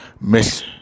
Miss